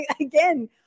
again